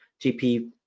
GP